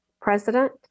President